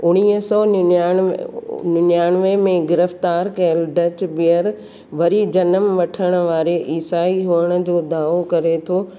उणिवीह सौ निणयाणिवे निणयाणिवे में गिरफ्तारु कियल डट्बीअर वरी जनम वठण वारे इसाई हुअण जो दावो करे थो